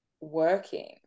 working